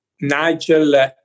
Nigel